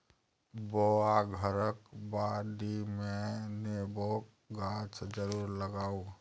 बौआ घरक बाडीमे नेबोक गाछ जरुर लगाउ